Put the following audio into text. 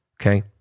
okay